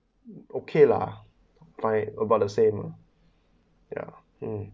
okay lah my about the same lah ya um